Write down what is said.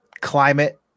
climate